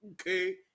Okay